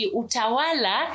utawala